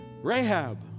Rahab